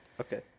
Okay